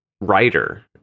writer